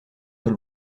sol